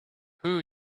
who